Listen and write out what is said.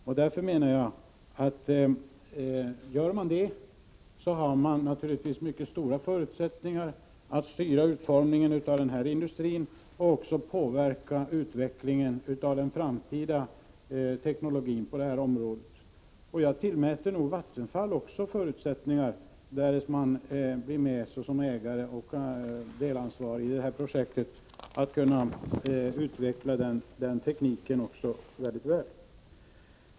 Och om staten gör det får man naturligtvis mycket stora förutsättningar att styra utformningen av den här industrin och påverka utvecklingen av den framtida teknologin på det här området. Jag anser också att Vattenfall har förutsättningar — därest man kommer att vara med som delägare och medansvarig i det här projektet — att utveckla tekniken mycket väl.